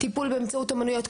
טיפול באמצעות אומנויות,